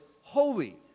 holy